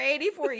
84